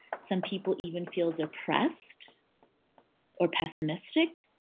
some people even feel depressed or pessimistic.